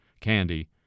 candy